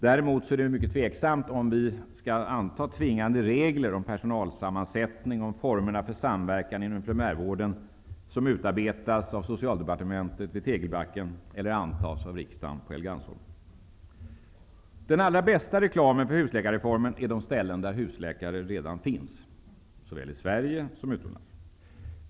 Däremot är det mycket tveksamt om vi skall anta tvingande regler för personalsammansättning eller om formerna för samverkan inom primärvården skulle utarbetas av Socialdepartementet vid Den allra bästa reklamen för husläkarreformen är de ställen där husläkare redan finns, såväl i Sverige som utomlands.